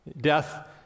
Death